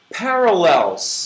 parallels